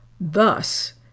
Thus